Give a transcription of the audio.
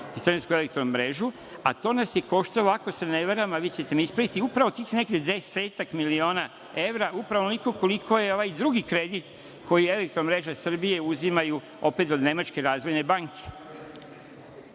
tu Crnogorsku elektromrežu, a to nas je koštalo, ako se ne varam, a vi ćete me ispraviti, upravo tih nekih desetak miliona evra, upravo onoliko koliko je ovaj drugi kredit koji Elektromreža Srbije uzima opet od Nemačke razvojne banke. Ja